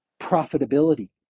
profitability